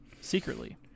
secretly